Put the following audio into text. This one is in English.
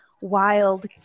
wild